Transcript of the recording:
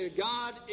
God